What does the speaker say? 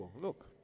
look